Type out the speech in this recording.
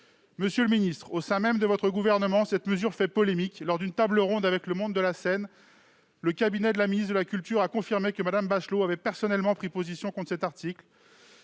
Monsieur le ministre, au sein même du gouvernement auquel vous appartenez, cette mesure fait polémique. Lors d'une table ronde avec le monde de la scène, le cabinet de la ministre de la culture a confirmé que Mme Bachelot avait personnellement pris position contre cet article,